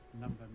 Number